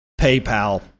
PayPal